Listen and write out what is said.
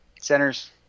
Centers